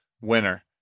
winner